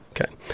Okay